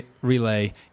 relay